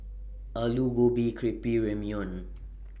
Alu Gobi Crepe Ramyeon